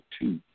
two